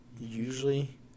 Usually